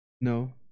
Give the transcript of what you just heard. No